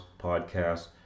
podcasts